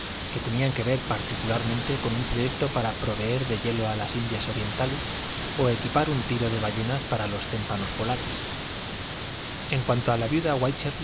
que tenían que ver particularmente con un proyecto para proveer de hielo a las indias orientales o equipar un tiro de ballenas para los témpanos polares en cuanto a la viuda